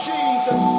Jesus